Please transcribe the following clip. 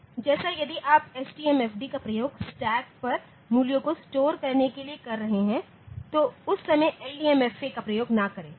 जैसे यदि आप STMFD का प्रयोग स्टैक पर मूल्यों को स्टोर करने के लिए कर रहे हैं तो उस समय LDMFA का प्रयोग ना करें ठीक